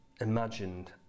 imagined